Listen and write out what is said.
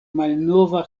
malnova